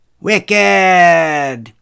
Wicked